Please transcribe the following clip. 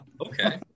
Okay